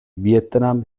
vietnam